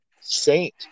saint